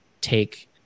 take